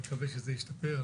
מקווה שזה ישתפר.